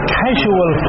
casual